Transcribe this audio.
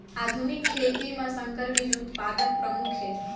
आधुनिक खेती म संकर बीज उत्पादन प्रमुख हे